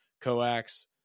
coax